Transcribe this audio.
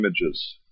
Images